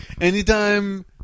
Anytime